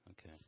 Okay